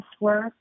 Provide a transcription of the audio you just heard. work